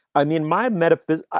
i mean, my metaphors.